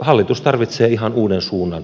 hallitus tarvitsee ihan uuden suunnan